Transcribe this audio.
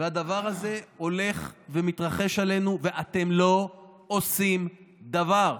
והדבר הזה הולך ומתרגש עלינו ואתם לא עושים דבר.